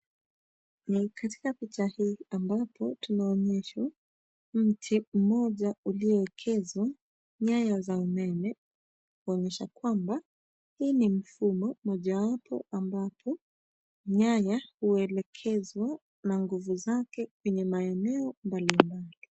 Ni katika picha hii ambapo tunaonyeshwa mti mmoja iliyoekezwa nyaya za umeme kuonyesha kwamba hii ni mfumo mojawapo ambapo nyaya huelekezwa na nguvu zake kwenye eneo mbalimbali.